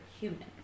human